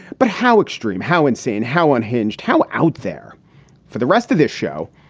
but how extreme? how insane, how unhinged, how. out there for the rest of this show,